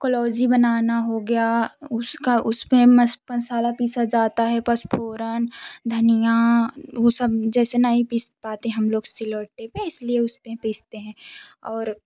कलौंजी बनाना हो गया उसका उस पर मसाला पीसा जाता है पचफोरन धनिया वो सब जैसे नहीं पीस पाते हम लोग सिल्वट्टे पर इसलिए उस पर पीसते हैं और